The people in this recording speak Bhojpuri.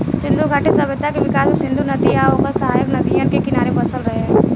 सिंधु घाटी सभ्यता के विकास भी सिंधु नदी आ ओकर सहायक नदियन के किनारे बसल रहे